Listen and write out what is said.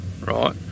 right